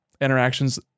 interactions